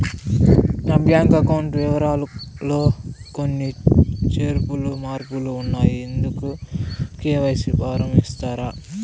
నా bank account వివరాలు లో కొన్ని చేర్పులు మార్పులు ఉన్నాయి, ఇందుకు కె.వై.సి ఫారం ఇస్తారా?